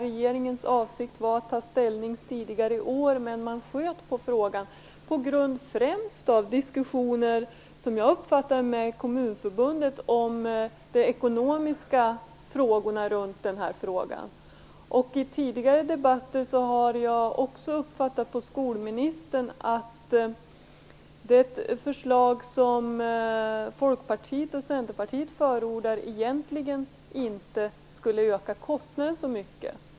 Regeringens avsikt var att ta ställning tidigare i år, men man sköt på frågan på grund av diskussioner med Kommunförbundet om de ekonomiska frågorna som förknippades med detta. I tidigare debatter med skolministern har jag uppfattat att det Folkpartiet och Centerpartiet förordar egentligen inte skulle öka kostnaderna så mycket.